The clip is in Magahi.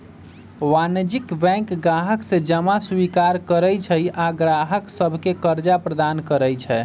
वाणिज्यिक बैंक गाहक से जमा स्वीकार करइ छइ आऽ गाहक सभके करजा प्रदान करइ छै